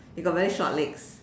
he got very short legs